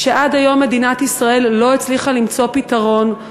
שעד היום מדינת ישראל לא הצליחה למצוא פתרון,